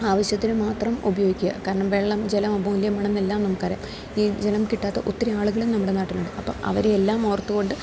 ആവശ്യത്തിന് മാത്രം ഉപയോഗിക്കുക കാരണം വെള്ളം ജലം അമുല്യമാണെന്നെല്ലാം നമുക്കറിയാം ഈ ജലം കിട്ടാത്ത ഒത്തിരി ആളുകളും നമ്മുടെ നാട്ടിലുണ്ട് അപ്പം അവരെ എല്ലാം ഓർത്തുകൊണ്ട്